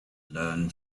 learn